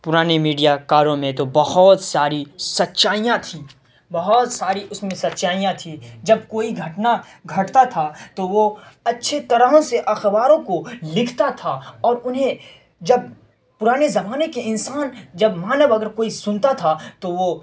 پرانے میڈیا کاروں میں تو بہت ساری سچائیاں تھیں بہت ساری اس میں سچائیاں تھی جب کوئی گھٹنا گھٹتا تھا تو وہ اچّھی طرح سے اخباروں کو لکھتا تھا اور انہیں جب پرانے زمانے کے انسان جب مانو اگر کوئی سنتا تھا تو وہ